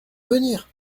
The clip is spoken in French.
venir